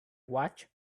watched